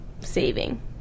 saving